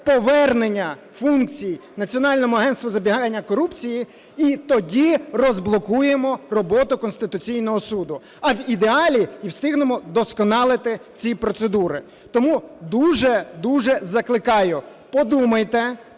повернення функцій Національному агентству з запобігання корупції, і тоді розблокуємо роботу Конституційного Суду, а в ідеалі і встигнемо вдосконалити ці процедури. Тому дуже-дуже закликаю: подумайте,